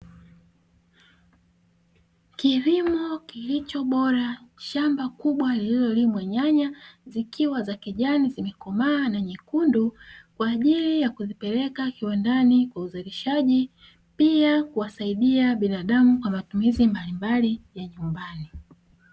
Kilimo kilicho bora, shamba kubwa lililolimwa nyanya; zikiwa za kijani zimekomaa na nyekundu, kwa ajili ya kuzipeleka kiwandani kwa uzalishaji. Pia kuwasaidia binadamu kwa matumizi mbalimbali ya nyumbani.